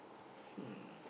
hmm